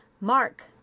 Mark